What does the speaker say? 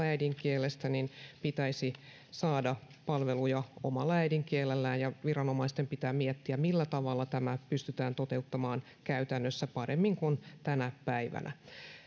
äidinkielestään riippumatta pitäisi saada palveluja omalla äidinkielellään ja viranomaisten pitää miettiä millä tavalla tämä pystytään toteuttamaan käytännössä paremmin kuin tänä päivänä